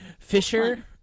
fisher